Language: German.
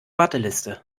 warteliste